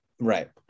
Right